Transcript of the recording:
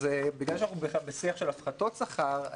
בגלל שאנחנו בשיח של הפחתות שכר,